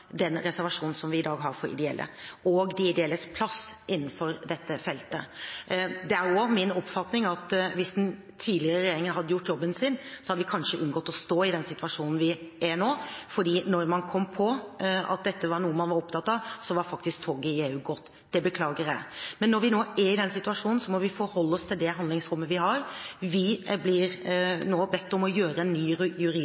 den reservasjonen som vi i dag har for de ideelle og de ideelles plass innenfor dette feltet. Det er også min oppfatning at hvis tidligere regjeringer hadde gjort jobben sin, hadde vi kanskje unngått å stå i den situasjonen vi er i nå, for når man kom på at dette var noe man var opptatt av, var faktisk toget i EU gått. Det beklager jeg. Men når vi nå er i den situasjonen, må vi forholde oss til det handlingsrommet vi har. Vi blir